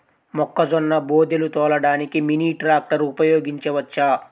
మొక్కజొన్న బోదెలు తోలడానికి మినీ ట్రాక్టర్ ఉపయోగించవచ్చా?